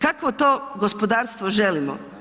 Kakvo to gospodarstvo želimo?